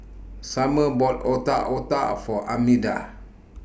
Sumner bought Otak Otak For Armida